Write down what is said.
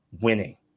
winning